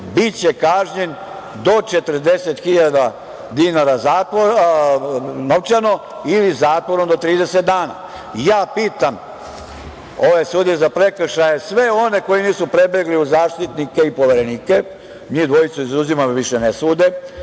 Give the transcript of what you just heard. biće kažnjen do 40 hiljada dinara novčano ili zatvorom do 30 dana? Ja pitam ove sudije za prekršaje, sve one koji nisu prebegli u zaštitnike i poverenike, njih dvojicu izuzimam jer više ne sude,